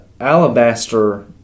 alabaster